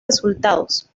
resultados